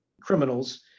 criminals